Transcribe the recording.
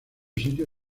sitio